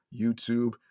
YouTube